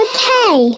Okay